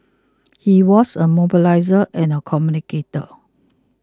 he was a mobiliser and a communicator